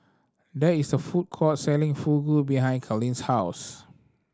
there is a food court selling Fugu behind Carlyn's house